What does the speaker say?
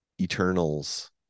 Eternals